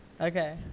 okay